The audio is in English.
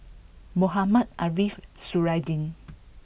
Mohamed Ariff Suradi